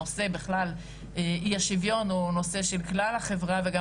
הנושא בכלל אי השוויון הוא נושא של כלל החברה וגם